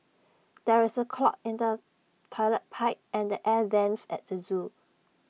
there is the clog in the Toilet Pipe and the air Vents at the Zoo